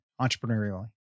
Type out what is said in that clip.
entrepreneurially